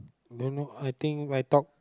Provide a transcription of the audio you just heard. don't now I think I talk